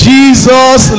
Jesus